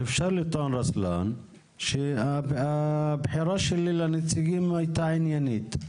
אבל אפשר לטעון שהבחירה שלי לנציגים הייתה עניינית,